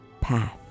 path